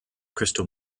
crystal